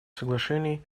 соглашений